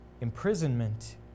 imprisonment